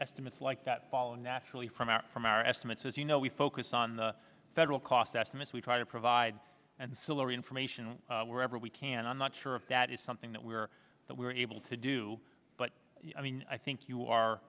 estimates like that naturally from our from our estimates as you know we focus on the federal cost estimates we try to provide and salary information wherever we can i'm not sure that is something that we're that we're able to do but i mean i think you are